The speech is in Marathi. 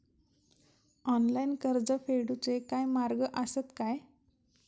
ऑनलाईन कर्ज फेडूचे काय मार्ग आसत काय?